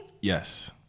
Yes